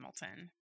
Hamilton